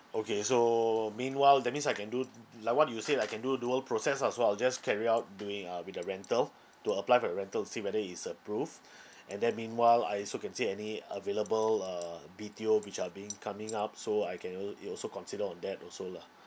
okay so meanwhile that means I can do like what you said I can do dual process ah so I'll just carry out doing uh with the rental to apply for the rental see whether it's approved and then meanwhile I also can see any available uh B_T_O which are being coming up so I can al~ it also consider on that also lah